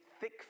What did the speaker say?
thick